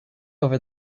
over